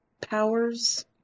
powers